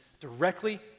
directly